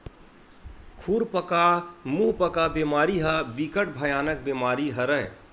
खुरपका मुंहपका बेमारी ह बिकट भयानक बेमारी हरय